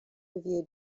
review